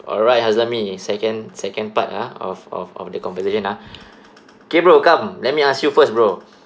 alright haslami second second part ah of of of the conversation ah kay bro come let me ask you first bro